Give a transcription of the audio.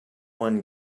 one